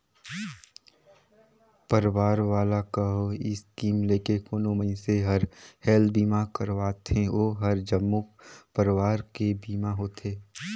परवार वाला कहो स्कीम लेके कोनो मइनसे हर हेल्थ बीमा करवाथें ओ हर जम्मो परवार के बीमा होथे